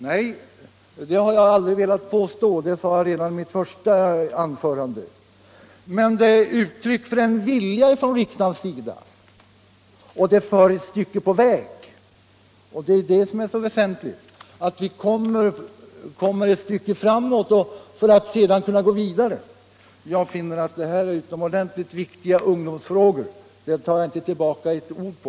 Nej, det sade jag redan i mitt första anförande. Men det vore uttryck för en vilja från riksdagens sida, och det skulle föra ett stycke på väg. Det väsentliga är att vi kommer ett stycke framåt för att sedan kunna gå vidare. Jag finner att detta är utomordentligt viktiga ungdomsfrågor. Det tar jag inte tillbaka ett ord av.